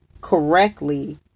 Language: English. correctly